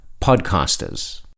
podcasters